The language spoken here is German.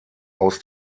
aus